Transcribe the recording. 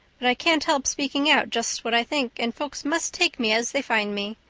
but i can't help speaking out just what i think and folks must take me as they find me.